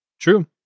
true